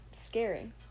scary